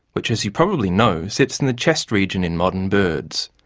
which as you probably know sits in the chest region in modern birds.